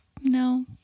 No